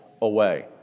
away